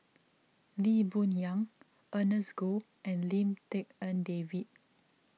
Lee Boon Yang Ernest Goh and Lim Tik En David